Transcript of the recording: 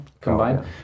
combined